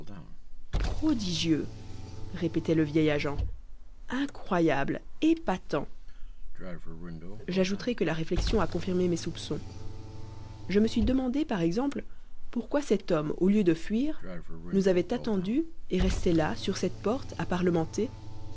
prodigieux répétait le vieil agent incroyable épatant j'ajouterai que la réflexion a confirmé mes soupçons je me suis demandé par exemple pourquoi cet homme au lieu de fuir nous avait attendus et restait là sur cette porte à parlementer